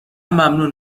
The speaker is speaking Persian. ممنون